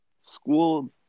School